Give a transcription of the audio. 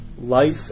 life